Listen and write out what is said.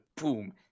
boom